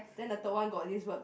then the third one got this word